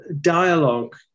dialogue